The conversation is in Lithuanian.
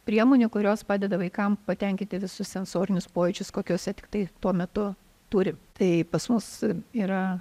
priemonių kurios padeda vaikam patenkinti visus sensorinius pojūčius kokiose tiktai tuo metu turi tai pas mus yra